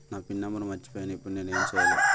నా pin number మర్చిపోయాను ఇప్పుడు నేను ఎంచేయాలి?